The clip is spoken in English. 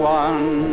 one